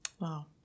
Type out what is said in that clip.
Wow